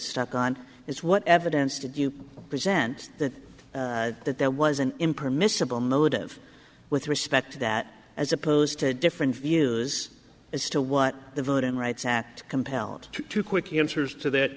stuck on is what evidence did you present that that there was an impermissible motive with respect to that as opposed to a different view is as to what the voting rights act compelled to quick answers to that